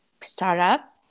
startup